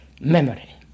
memory